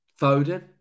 Foden